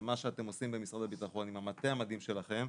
על מה שאתם עושים במשרד הביטחון עם המטה המדהים שלכם,